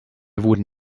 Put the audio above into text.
wurde